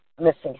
missing